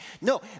No